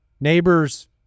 neighbors